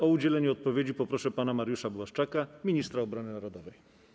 O udzielenie odpowiedzi poproszę pana Mariusza Błaszczaka, ministra obrony narodowej.